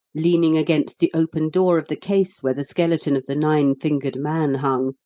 leaning against the open door of the case where the skeleton of the nine-fingered man hung,